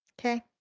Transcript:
Okay